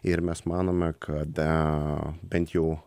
ir mes manome kada bent jau